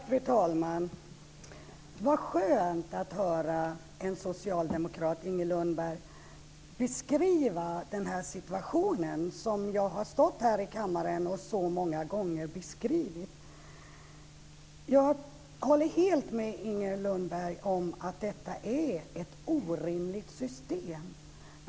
Fru talman! Så skönt att höra en socialdemokrat, Inger Lundberg, beskriva den här situationen som jag så många gånger har beskrivit här i kammaren! Jag håller helt med Inger Lundberg om att detta är ett orimligt system.